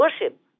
worship